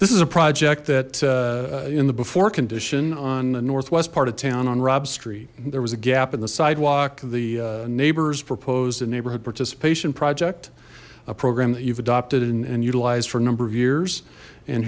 this is a project that in the before condition on the northwest part of town on rob street there was a gap in the sidewalk the neighbors proposed a neighborhood participation project a program that you've adopted and utilized for a number of years and